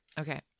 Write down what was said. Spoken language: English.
Okay